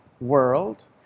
world